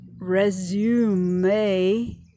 resume